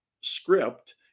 script